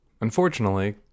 unfortunately